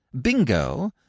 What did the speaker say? Bingo